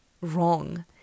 wrong